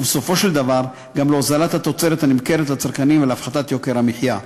ובסופו של דבר גם להוזלת התוצרת הנמכרת לצרכנים ולהפחתת יוקר המחיה.